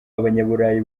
abanyaburayi